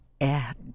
add